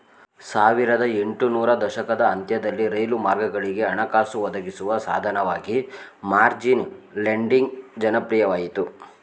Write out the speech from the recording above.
ಸಾವಿರದ ಎಂಟು ನೂರು ದಶಕದ ಅಂತ್ಯದಲ್ಲಿ ರೈಲು ಮಾರ್ಗಗಳಿಗೆ ಹಣಕಾಸು ಒದಗಿಸುವ ಸಾಧನವಾಗಿ ಮಾರ್ಜಿನ್ ಲೆಂಡಿಂಗ್ ಜನಪ್ರಿಯವಾಯಿತು